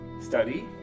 study